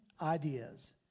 ideas